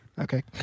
Okay